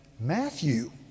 Matthew